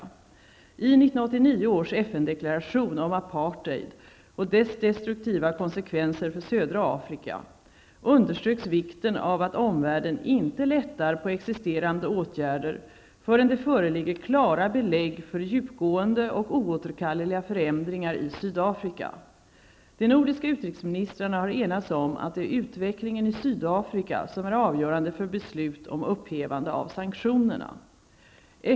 I 1989 års FN-deklaration om apartheid och dess destruktiva konsekvenser för södra Afrika underströks vikten av att omvärlden inte lättar på existerande åtgärder förrän det föreligger klara belägg för djupgående och oåterkalleliga förändringar i Sydafrika. De nordiska utrikesministrarna har enats om att det är utvecklingen i Sydafrika som är avgörande för beslut om upphävande av sanktionerna.